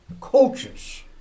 coaches